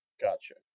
Gotcha